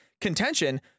contention